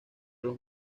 los